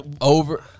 over